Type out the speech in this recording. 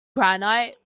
granite